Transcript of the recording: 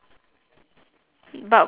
but what's your dream